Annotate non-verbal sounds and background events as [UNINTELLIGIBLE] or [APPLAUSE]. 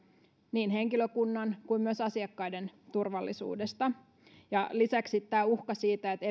niin henkilökunnan kuin myös asiakkaiden turvallisuudesta lisäksi tämä uhka siitä että [UNINTELLIGIBLE]